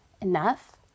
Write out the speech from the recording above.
enough